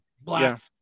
black